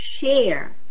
share